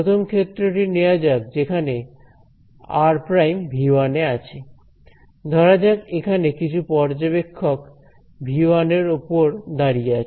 প্রথম ক্ষেত্রটি নেয়া যাক যেখানে r′ ∈ V 1 ধরা যাক এখানে কিছু পর্যবেক্ষক আছে V 1 এর ওপর দাঁড়িয়ে আছে